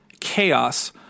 Chaos